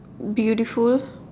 beautiful